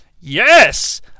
Yes